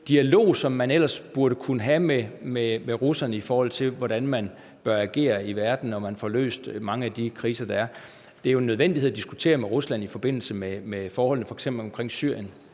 dialog, som vi ellers burde kunne have med russerne, om, hvordan man bør agere i verden, så vi får løst mange af de kriser, der er. Det er jo nødvendigt at diskutere med Rusland, f.eks. i forbindelse med forholdene i Syrien.